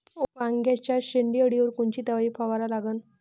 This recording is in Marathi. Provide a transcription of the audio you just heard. वांग्याच्या शेंडी अळीवर कोनची दवाई फवारा लागन?